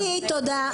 קטי, תודה.